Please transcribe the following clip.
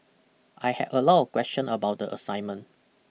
I had a lot of question about the assignment